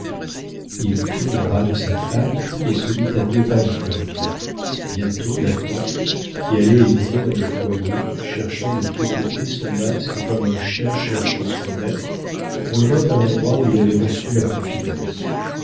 il prit le bras de sa femme et se mit à deux pas de florine bientôt nathan qui allait et venait dans le foyer cherchant de tous côtés son masque comme un chien cherche son maître revint à l'endroit où il avait reçu la confidence